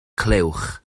clywch